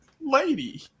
Lady